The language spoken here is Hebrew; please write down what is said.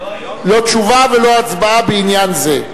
לא תשובה ולא הצבעה בעניין זה,